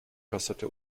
kassette